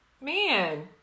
man